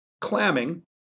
Clamming